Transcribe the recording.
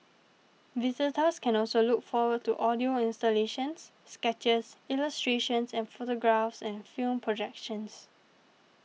visitors can also look forward to audio installations sketches illustrations and photographs and film projections